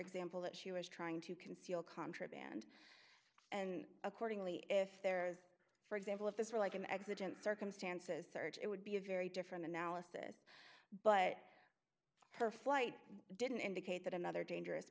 example that she was trying to conceal contraband and accordingly if there is for example if this were like an accident circumstances search it would be a very different analysis but her flight didn't indicate that another dangerous